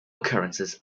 occurrences